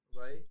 right